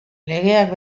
legeak